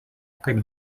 kaip